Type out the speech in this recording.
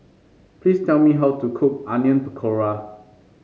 please tell me how to cook Onion Pakora